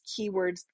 keywords